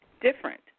different